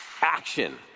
action